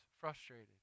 frustrated